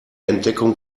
entdeckung